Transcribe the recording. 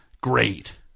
Great